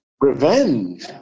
revenge